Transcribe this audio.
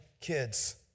kids